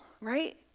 right